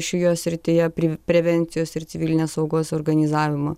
šioje srityje prevencijos ir civilinės saugos organizavimo